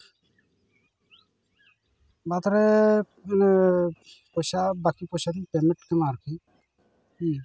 ᱱᱚᱛᱮ ᱨᱮ ᱢᱟᱱᱮ ᱯᱚᱭᱥᱟ ᱵᱟᱹᱠᱤ ᱯᱚᱭᱥᱟ ᱫᱚᱹᱧ ᱯᱮᱢᱮᱱᱴ ᱛᱟᱢᱟ ᱟᱨᱠᱤ